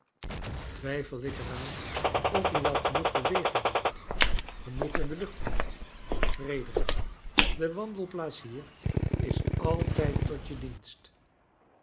twijfel ik er aan of je wel genoeg beweging neemt genoeg in de lueht komt frederick de wandelplaais hier is altijd tot je dienst